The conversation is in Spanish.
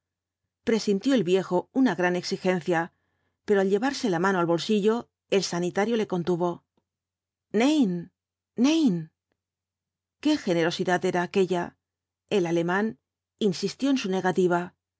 presintió el viejo una gran exigencia pero al llevarse la mano al bolsillo el sanitario le contuvo nein nein qaé generosidad era aquella el alemán insistió en su negativa